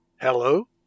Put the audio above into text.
hello